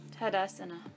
tadasana